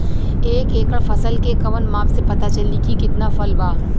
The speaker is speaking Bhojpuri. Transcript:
एक एकड़ फसल के कवन माप से पता चली की कितना फल बा?